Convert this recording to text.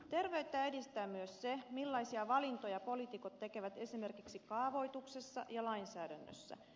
terveyttä edistää myös se millaisia valintoja poliitikot tekevät esimerkiksi kaavoituksessa ja lainsäädännössä